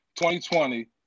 2020